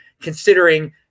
considering